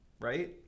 right